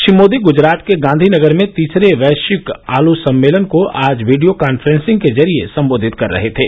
श्री मोदी गुजरात के गांधी नगर में तीसरे वैश्विक आलू सम्मेलन को आज वीडियो कांफ्रेंसिंग के जरिये सम्बोधित कर रहे थे